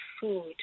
food